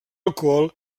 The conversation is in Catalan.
alcohol